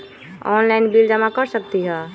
Online bill जमा कर सकती ह?